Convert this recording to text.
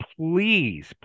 please